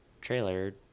trailer